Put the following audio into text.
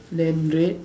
then red